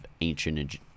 ancient